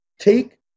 Take